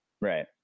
right